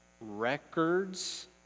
records